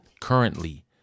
currently